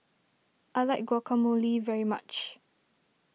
I like Guacamole very much